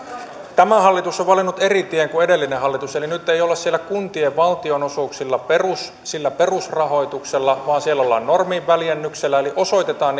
tämä hallitus on valinnut eri tien kuin edellinen hallitus eli nyt ei olla siellä kuntien valtionosuuksilla sillä perusrahoituksella vaan siellä ollaan norminväljennyksellä eli osoitetaan